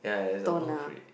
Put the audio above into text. toner